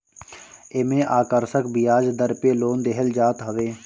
एमे आकर्षक बियाज दर पे लोन देहल जात हवे